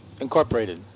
incorporated